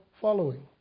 following